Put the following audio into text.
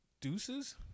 Deuces